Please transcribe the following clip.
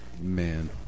Man